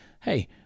Hey